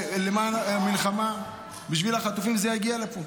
למען המלחמה, בשביל החטופים, זה יגיע לפה.